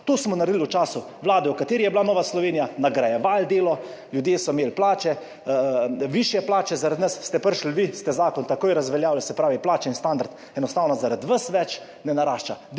To smo naredili v času vlade, v kateri je bila Nova Slovenija, nagrajevali delo. Ljudje so imeli plače, višje plače, zaradi nas ste prišli, vi ste zakon takoj razveljavili. Se pravi plače in standard enostavno zaradi vas več ne narašča.